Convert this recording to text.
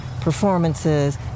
performances